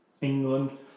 England